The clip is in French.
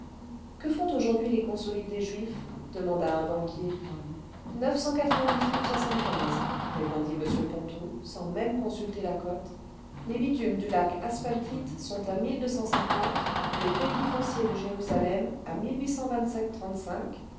que font aujourd'hui les consolidés juifs demanda un banquier répondit m ponto sans même consulter la cote les bitumes du lac asphaltite sont à le crédit foncier de jérusalem à